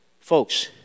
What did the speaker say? Folks